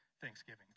Thanksgiving